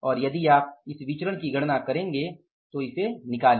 और यदि आप इस विचरण की गणना करते हैं तो तो इसे निकालें